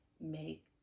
make